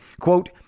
Quote